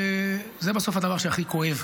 זה בסוף הדבר שהכי כואב.